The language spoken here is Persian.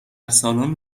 سالن